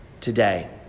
today